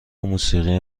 موسیقی